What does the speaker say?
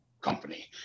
company